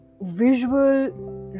visual